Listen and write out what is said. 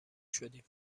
شدیم